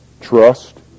Trust